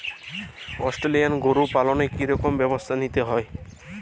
Australian গরু পালনে কি রকম ব্যবস্থা নিতে হয়?